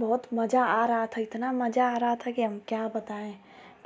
बहुत मजा आ रहा था इतना मजा आ रहा था कि हम क्या बताएँ